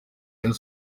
rayon